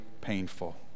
painful